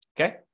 Okay